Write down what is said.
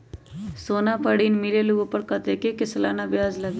सोना पर ऋण मिलेलु ओपर कतेक के सालाना ब्याज लगे?